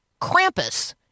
Krampus